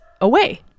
away